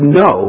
no